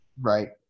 Right